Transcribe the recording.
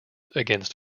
against